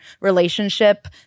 relationship